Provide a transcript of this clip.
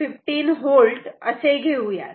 15V असे घेऊयात